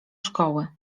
szkoły